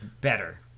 better